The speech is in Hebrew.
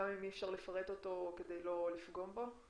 גם אם אי אפשר לפרט אותו כדי לא לפגום בו?